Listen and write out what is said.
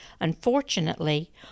Unfortunately